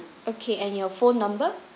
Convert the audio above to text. okay and your phone number